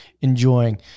enjoying